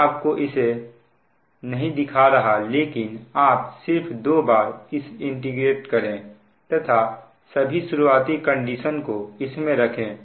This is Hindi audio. मैं आपको इसे नहीं दिखा रहा लेकिन आप सिर्फ दो बार इसे इंटीग्रेट करें तथा सभी शुरुआती शर्तें को इसमें रखें